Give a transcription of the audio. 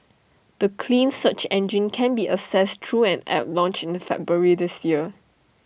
the clean search engine can be accessed through an app launched in February this year